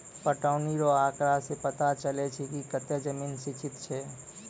पटौनी रो आँकड़ा से पता चलै छै कि कतै जमीन सिंचित छै